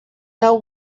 know